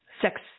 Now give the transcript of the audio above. sex